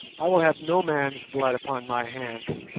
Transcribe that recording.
i will have no man's blood upon my hands.